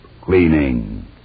cleaning